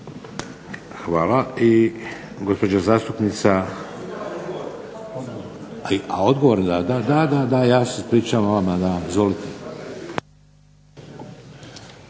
Hvala. I gospođa zastupnica... A odgovor, da, da. Ja se ispričavam vama. Izvolite.